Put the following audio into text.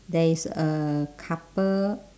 there is a couple